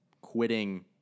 quitting